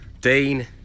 Dean